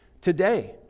today